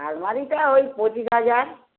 আলমারিটা ওই পঁচিশ হাজার